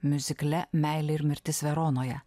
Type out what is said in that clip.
miuzikle meilė ir mirtis veronoje